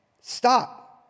Stop